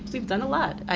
we've done a lot.